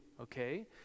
okay